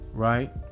Right